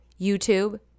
YouTube